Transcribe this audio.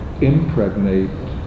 impregnate